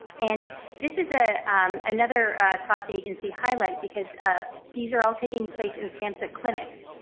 and this is ah another cross agency highlight because ah these are all taking place in samhsa clinics.